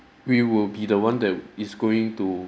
we will be the one that w~ is going to